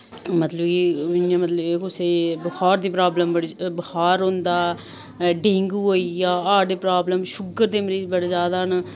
मतलव कि इयां मतलव कि कुसे बखार दी बड़ी बुखार होंदा डेंगू होइया हार्ट दी प्रावलम शूगर दे मरीज़ बड़े जादा न